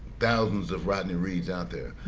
thousands of rodney reeds out there.